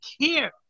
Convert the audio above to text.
care